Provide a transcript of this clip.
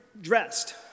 dressed